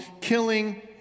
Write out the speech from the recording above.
killing